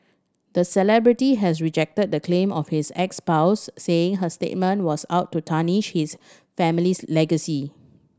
the celebrity has rejected the claim of his ex spouse saying her statement was out to tarnish his family's legacy